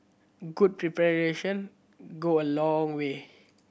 good preparations go a long way